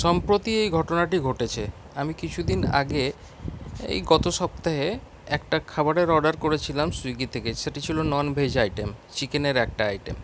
সম্প্রতি এই ঘটনাটি ঘটেছে আমি কিছু দিন আগে এই গত সপ্তাহে একটা খাবারের অর্ডার করেছিলাম সুইগি থেকে সেটি ছিল ননভেজ আইটেম চিকেনের একটা আইটেম